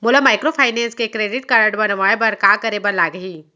मोला माइक्रोफाइनेंस के credit card बनवाए बर का करे बर लागही?